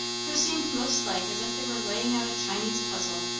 who seemed most like as if they were laying out a chinese puzzle,